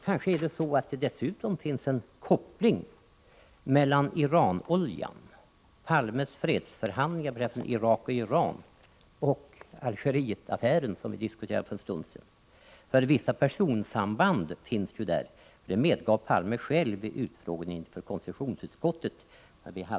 Kanske är det så att det dessutom finns en koppling mellan Iranoljan, Palmes fredsförhandlingar mellan Irak och Iran och Algerietaffären, som vi diskuterade för en stund sedan. Vissa personsamband finns där — det medgav Palme själv när vi hade det här uppe vid utfrågningen i konstitutionsutskottet.